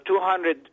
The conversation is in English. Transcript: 200